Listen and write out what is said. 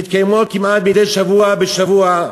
שמתקיימות כמעט מדי שבוע בשבוע,